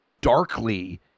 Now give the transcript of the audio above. darkly